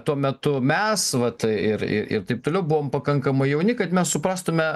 tuo metu mes vat ir ir taip toliau buvom pakankamai jauni kad mes suprastume